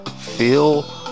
feel